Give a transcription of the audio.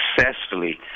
successfully